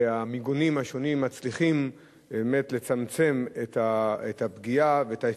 והמיגונים השונים מצליחים באמת לצמצם את הפגיעה ואת האפקטיביות.